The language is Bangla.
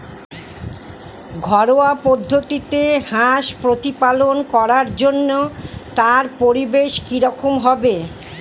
ঘরোয়া পদ্ধতিতে হাঁস প্রতিপালন করার জন্য তার পরিবেশ কী রকম হবে?